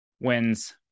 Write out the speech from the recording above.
wins